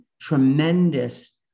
tremendous